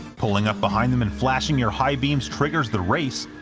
pulling up behind them and flashing your high beams triggers the race,